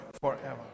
forever